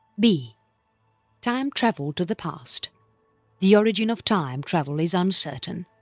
b time travel to the past the origin of time travel is uncertain.